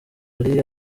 alyn